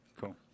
Cool